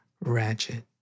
Ratchet